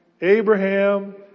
Abraham